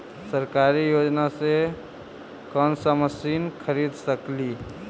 सरकारी योजना से कोन सा मशीन खरीद सकेली?